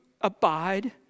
Abide